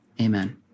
Amen